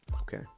Okay